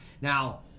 Now